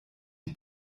die